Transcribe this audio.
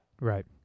Right